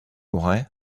why